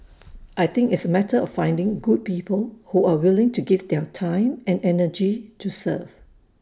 I think it's A matter of finding good people who are willing to give their time and energy to serve